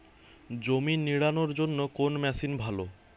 জমি নিড়ানোর জন্য কোন মেশিন ভালো?